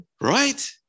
Right